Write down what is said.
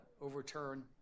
overturn